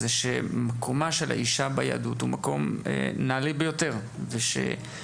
זה שמקומה של האישה ביהדות הוא מקום נעלה ביותר ושלצערנו,